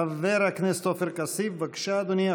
חבר הכנסת עופר כסיף, בבקשה, אדוני.